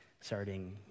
starting